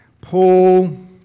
Paul